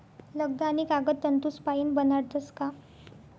लगदा आणि कागद तंतूसपाईन बनाडतस का